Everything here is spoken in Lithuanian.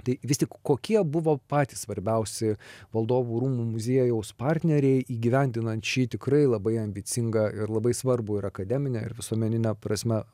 tai vis tik kokie buvo patys svarbiausi valdovų rūmų muziejaus partneriai įgyvendinant šį tikrai labai ambicingą ir labai svarbu ir akademine ir visuomenine prasme